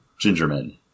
Gingerman